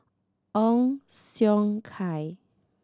Ong Siong Kai